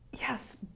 yes